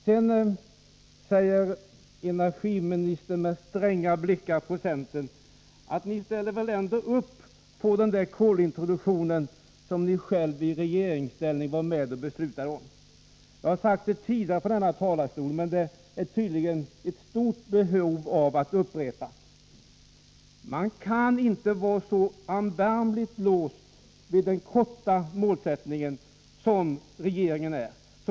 Sedan säger energiministern, med sträng blick, till oss centerpartister: Ni ställer er väl ändå bakom den kolintroduktion som ni i regeringsställning var med och fattade beslut om? Jag har sagt det tidigare från denna talarstol, men det är tydligt att det behöver upprepas: Man kan inte vara så erbarmligt låst vid den kortsiktiga målsättningen som regeringen är.